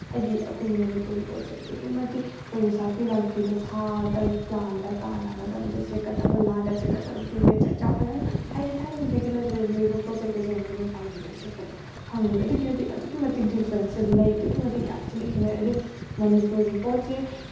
ꯍꯥꯏꯗꯤ ꯑꯩꯈꯣꯏꯒꯤ ꯃꯅꯤꯄꯨꯔꯒꯤ ꯄꯣꯠꯁꯦ ꯑꯗꯨꯛꯀꯤ ꯃꯇꯤꯛ ꯑꯩꯈꯣꯏꯒꯤ ꯁꯥꯐꯤ ꯂꯥꯟꯐꯤꯗ ꯁꯥꯗ ꯂꯥꯟꯗ ꯇꯥꯅꯒꯗꯕꯗ ꯁꯦꯠꯀꯗꯕ ꯂꯥꯟꯗ ꯁꯦꯠꯀꯗꯕ ꯐꯤꯖꯦꯠ ꯆꯛꯆꯥ ꯀꯩ ꯍꯥꯏꯅꯤ ꯍꯥꯏꯗꯤ ꯊꯥꯏꯅꯗꯒꯤ ꯂꯩꯔꯛꯂꯤꯕ ꯄꯣꯠ ꯆꯩ ꯒꯩꯁꯦ ꯍꯥꯏꯗꯤ ꯃꯄꯥꯜꯂꯣꯝꯗ ꯁꯦꯠꯄꯗ ꯐꯪꯗꯦꯕ ꯑꯗꯨꯛꯀꯤ ꯃꯇꯤꯛ ꯗꯤꯐ꯭ꯔꯦꯟꯁꯁꯦ ꯂꯩ ꯑꯗꯨꯛꯀꯤ ꯃꯇꯤꯛ ꯌꯥꯝ ꯊꯤꯅ ꯈꯦꯅꯩ ꯍꯥꯏꯗꯤ ꯃꯅꯤꯄꯨꯔꯒꯤ ꯄꯣꯠꯁꯦ